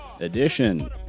edition